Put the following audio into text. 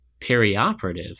perioperative